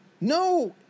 No